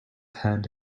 hands